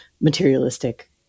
materialistic